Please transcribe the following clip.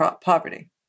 poverty